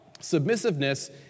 Submissiveness